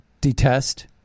detest